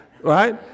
Right